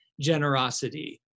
generosity